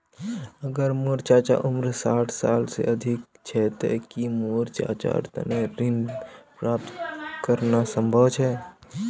अगर मोर चाचा उम्र साठ साल से अधिक छे ते कि मोर चाचार तने ऋण प्राप्त करना संभव छे?